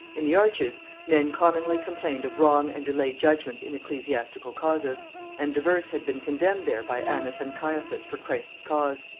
in the arches, men commonly complained of wrong and delayed judgments in ecclesiastical causes and divers had been condemned there by annas and caiaphas for christ's cause.